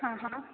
हां हां